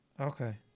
okay